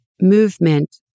movement